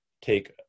take